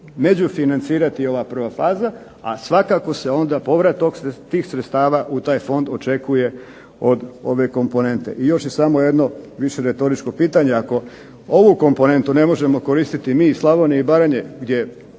međufinancirati ova prva faza, a svakako se onda povrat tih sredstava u taj fond očekuje od ove komponente. I još je samo jedno više retoričko pitanje, ako ovu komponentu ne možemo koristiti mi iz Slavonije i Baranje gdje